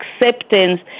acceptance